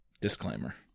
Disclaimer